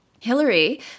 Hillary